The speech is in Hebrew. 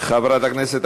חבר הכנסת דוד